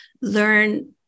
learn